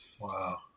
wow